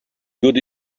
good